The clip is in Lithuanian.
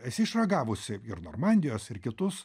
esi išragavusi ir normandijos ir kitus